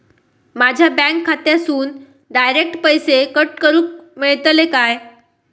माझ्या बँक खात्यासून डायरेक्ट पैसे कट करूक मेलतले काय?